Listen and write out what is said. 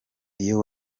iyo